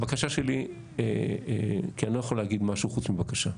הבקשה שלי, כי אני לא יכול להגיד משהו חוץ מבקשה,